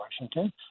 Washington